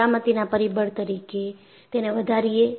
સલામતીના પરિબળ તરીકે તેને વધારીએ